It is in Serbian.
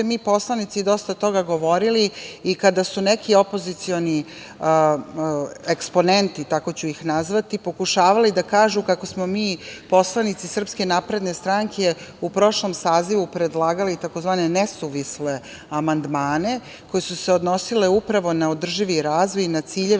mi poslanici ovde dosta toga govorili. Kada su neki opozicioni eksponenti, tako ću ih nazvati, pokušavali da kažu kako smo mi, poslanici SNS, u prošlom sazivu predlagali tzv. nesuvisle amandmane, koji su se odnosili upravo na održivi razvoj i na ciljeve